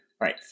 Right